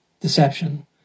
deception